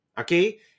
Okay